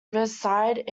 reside